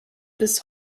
bis